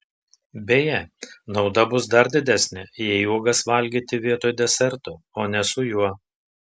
beje nauda bus dar didesnė jei uogas valgyti vietoj deserto o ne su juo